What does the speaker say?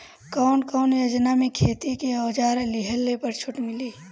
कवन कवन योजना मै खेती के औजार लिहले पर छुट मिली?